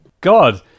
God